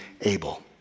Abel